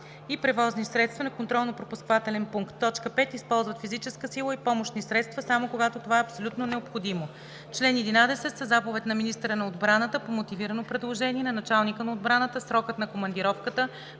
и превозни средства на контролно-пропускателен пункт; 5. използват физическа сила и помощни средства, само когато това е абсолютно необходимо. Чл. 11. Със заповед на министъра на отбраната по мотивирано предложение на началника на отбраната срокът на командировката